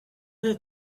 have